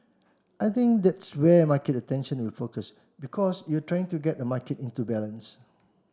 I think that's where market attention will focus because you're trying to get a market into balance